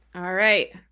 all right.